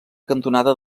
cantonada